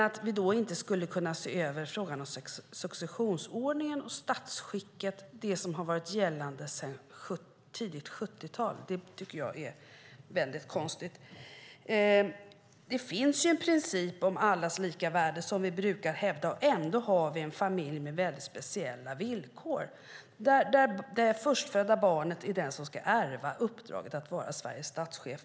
Att vi då inte skulle kunna se över frågan om successionsordningen och statsskicket, som har varit gällande sedan tidigt 70-tal, tycker jag är väldigt konstigt. Det finns en princip om allas lika värde som vi brukar hävda, och ändå har vi en familj med väldigt speciella villkor, där det förstfödda barnet ska ärva uppdraget att vara Sveriges statschef.